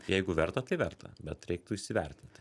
jeigu verta tai verta bet reiktų įsivertinti